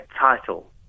title